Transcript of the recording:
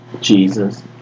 Jesus